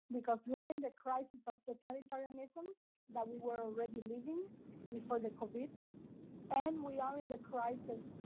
because we are in the crisis of totalitarianism that we were already living before the covid and we are in the crisis